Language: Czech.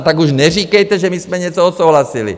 Tak už neříkejte, že my jsme něco odsouhlasili.